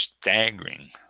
staggering